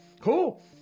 cool